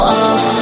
off